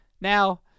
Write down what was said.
Now